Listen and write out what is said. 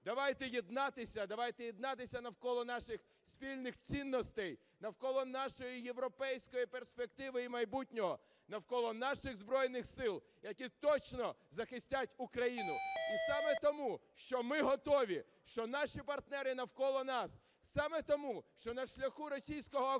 давайте єднатися навколо наших спільних цінностей, навколо нашої європейської перспективи і майбутнього, навколо наших Збройних Сил, які точно захистять Україну. І саме тому, що ми готові, що наші партнери навколо нас, саме тому, що на шляху російського окупанта